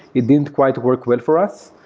it didn't quite work well for us.